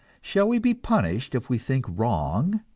shall we be punished if we think wrong,